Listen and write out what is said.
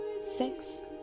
six